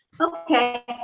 Okay